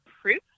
proof